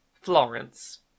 Florence